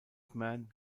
man